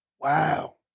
Wow